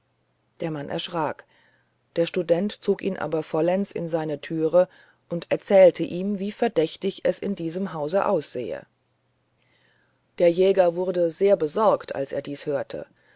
der mann erschrak der student zog ihn aber vollends in seine türe und erzählte ihm wie verdächtig es in diesem hause aussehe der jäger wurde sehr besorgt als er dies hörte